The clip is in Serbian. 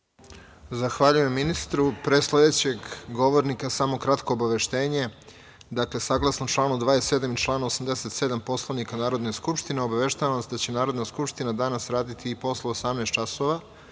Zahvaljujem ministru. Pre sledećeg govornika samo kratko obaveštenje. Saglasno čl. 27. i 87. Poslovnika Narodne skupštine obaveštavam vas da će Narodna skupština danas raditi i posle 18 časova